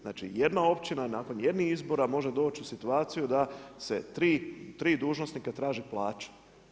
Znači jedna općina nakon jednih izbora može doći u situaciju, da se 3 dužnosnika traže plaću.